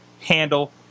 handle